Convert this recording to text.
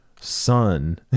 son